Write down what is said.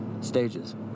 stages